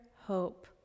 hope